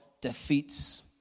defeats